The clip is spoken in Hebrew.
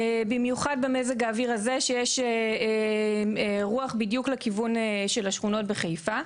במיוחד במזג האוויר הזה שיש רוח בדיוק לכיוון של השכונות בחיפה.